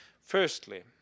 Firstly